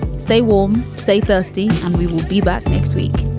stay warm, stay thirsty. and we will be back next week.